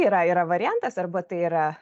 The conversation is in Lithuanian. yra yra variantas arba tai yra